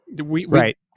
Right